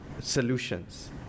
solutions